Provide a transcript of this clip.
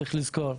צריך לזכור,